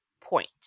point